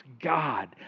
God